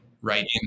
right